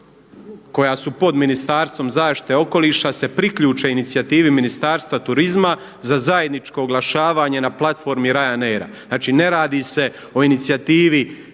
koja su pod Ministarstvo zaštite okoliša se priključe inicijativi Ministarstva turizma za zajedničko oglašavanje na platformi Ryanair. Znači ne radi se o inicijativi